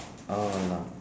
ah